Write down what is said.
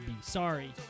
Sorry